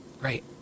Great